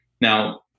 Now